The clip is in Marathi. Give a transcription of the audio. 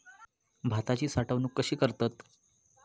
भाताची साठवूनक कशी करतत?